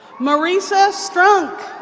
marissa strunk.